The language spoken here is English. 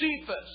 Cephas